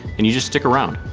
and you just stick around.